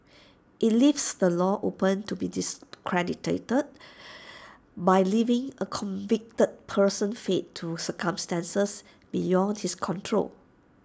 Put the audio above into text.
IT leaves the law open to be discredited by leaving A convicted person's fate to circumstances beyond his control